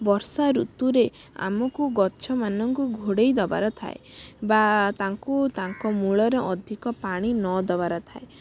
ବର୍ଷା ଋତୁରେ ଆମକୁ ଗଛମାନଙ୍କୁ ଘୋଡ଼େଇଦବାର ଥାଏ ବା ତାଙ୍କୁ ତାଙ୍କ ମୂଳର ଅଧିକ ପାଣି ନ ଦବାର ଥାଏ